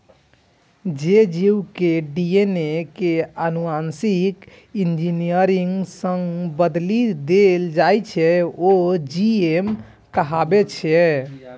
जे जीव के डी.एन.ए कें आनुवांशिक इंजीनियरिंग सं बदलि देल जाइ छै, ओ जी.एम कहाबै छै